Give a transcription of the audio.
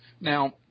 Now